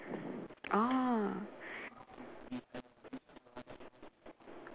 orh